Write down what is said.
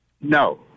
No